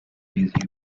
with